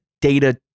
data